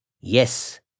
Yes